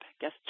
Guess